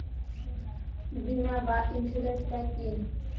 বিমা বা ইন্সুরেন্স টা কি?